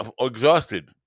exhausted